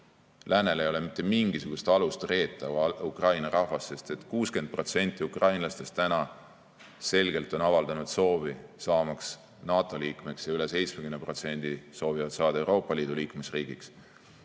Läänel ei ole mitte mingisugust alust reeta Ukraina rahvast, sest 60% ukrainlastest on selgelt avaldanud soovi saada NATO liikmeks. Ja üle 70% soovib saada Euroopa Liidu liikmesriigiks.